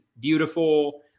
beautiful